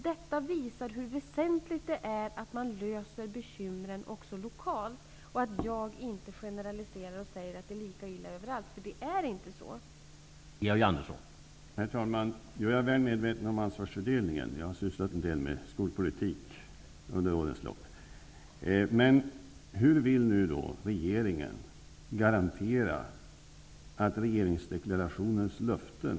Detta visar hur väsentligt det är att man löser bekymren också lokalt och att jag inte generaliserar och säger att det är lika illa överallt, eftersom det inte är så.